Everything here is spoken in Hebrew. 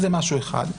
זה משהו אחד.